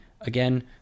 again